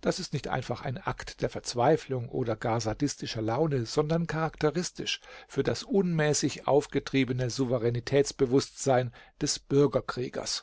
das ist nicht einfach ein akt der verzweiflung oder gar sadistischer laune sondern charakteristisch für das unmäßig aufgetriebene souveränitätsbewußtsein des bürgerkriegers